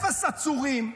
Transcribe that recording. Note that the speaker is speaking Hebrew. אפס עצורים,